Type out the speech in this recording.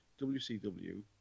WCW